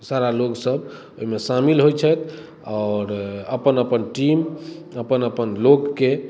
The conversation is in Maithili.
सारा लोक सब ओहिमे शामिल होइ छथि आओर अपन अपन टीम अपन अपन लोकके